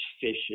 fishes